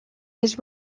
his